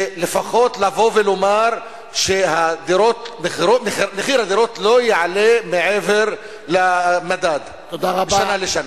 לפחות לבוא ולומר שמחיר הדירות לא יעלה מעבר למדד משנה לשנה.